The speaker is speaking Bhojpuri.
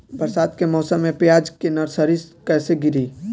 बरसात के मौसम में प्याज के नर्सरी कैसे गिरी?